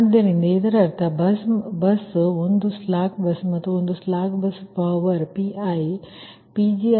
ಆದ್ದರಿಂದ ಇದರರ್ಥ ಬಸ್ ಒಂದು ಸ್ಲಾಕ್ ಬಸ್ ಮತ್ತು ಸ್ಲಾಕ್ ಬಸ್ ಪವರ್ P1Pg1P1PL1